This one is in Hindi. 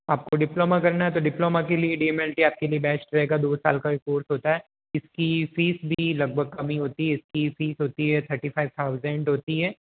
आपको डिप्लोमा करना है तो डिप्लोमा के लिए डी एम एल टी आपके लिए बेस्ट रहेगा दो साल ही कोर्स होता है इसकी फीस भी लगभग कम ही होती है इसकी फीस होती है थर्टी फाइव थाउजेंड होती हैं